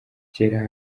kera